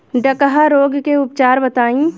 डकहा रोग के उपचार बताई?